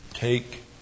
Take